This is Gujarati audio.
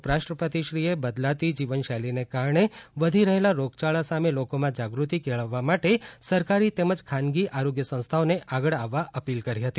ઉપરાષ્ટ્રપતિશ્રીએ બદલાતી જીવનશૈલીને કારણે વધી રહેલા રોગયાળા સામે લોકોમાં જાગૃતિ કેળવવા માટે સરકારી તેમજ ખાનગી આરોગ્ય સંસ્થાઓને આગળ આવવા અપીલ કરી હતી